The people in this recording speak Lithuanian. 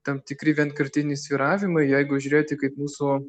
tam tikri vienkartiniai svyravimai jeigu žiūrėti kaip mūsų